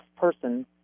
person